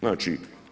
Znači…